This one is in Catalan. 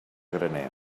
graner